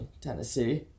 Tennessee